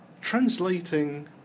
translating